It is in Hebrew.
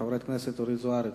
חברת הכנסת אורית זוארץ,